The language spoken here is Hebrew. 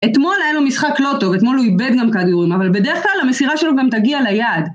אתמול היה לו משחק לא טוב, אתמול הוא איבד גם כדורים, אבל בדרך כלל המסירה שלו גם תגיע ליעד.